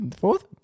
Fourth